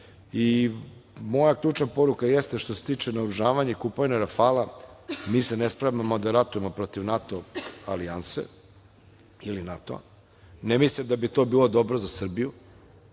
ključna poruka jeste, što se tiče naoružavanja i kupovine Rafala, mi se ne spremamo da ratujemo protiv NATO alijanse, ili NATO-a, ne mislim da bi to bilo dobro za Srbiju,